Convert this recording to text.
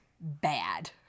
bad